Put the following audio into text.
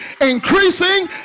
increasing